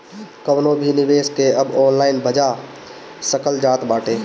कवनो भी निवेश के अब ऑनलाइन भजा सकल जात बाटे